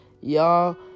Y'all